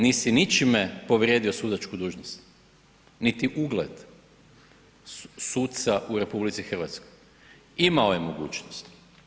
Nisi ničime povrijedio sudačku dužnost niti ugled suca u RH, imao je mogućnosti.